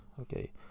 okay